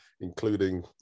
including